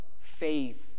faith